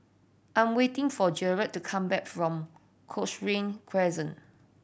I am waiting for Jered to come back from Cochrane Crescent